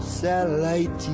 satellite